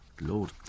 Lord